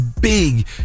big